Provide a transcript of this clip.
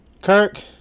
Kirk